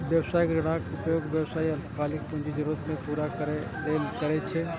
व्यावसायिक ऋणक उपयोग व्यवसायी अल्पकालिक पूंजी जरूरत कें पूरा करै लेल करै छै